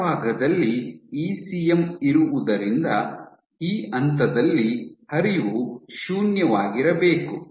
ಕೆಳಭಾಗದಲ್ಲಿ ಇಸಿಎಂ ಇರುವುದರಿಂದ ಈ ಹಂತದಲ್ಲಿ ಹರಿವು ಶೂನ್ಯವಾಗಿರಬೇಕು